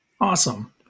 Awesome